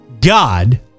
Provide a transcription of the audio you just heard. God